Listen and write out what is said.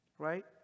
right